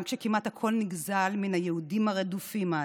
גם כשכמעט הכול נגזל מן היהודים הרדופים אז,